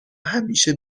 همیشه